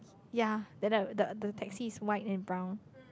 ya then the the the taxi is white and brown